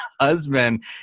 husband